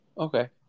Okay